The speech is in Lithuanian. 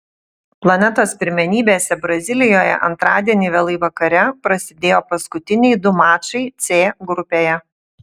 planetos pirmenybėse brazilijoje antradienį vėlai vakare prasidėjo paskutiniai du mačai c grupėje